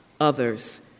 others